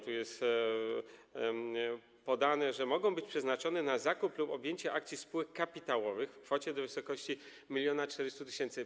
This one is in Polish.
Tu jest podane, że mogą być przeznaczone na zakup lub objęcie akcji spółek kapitałowych w kwocie do wysokości 1400 mln.